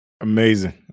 Amazing